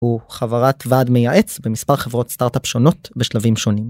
הוא חברת ועד מייעץ במספר חברות סטארטאפ שונות בשלבים שונים.